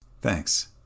Thanks